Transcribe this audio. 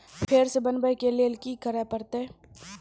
फेर सॅ बनबै के लेल की करे परतै?